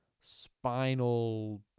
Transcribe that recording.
spinal